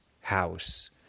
house